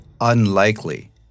unlikely